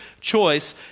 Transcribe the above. choice